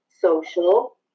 Social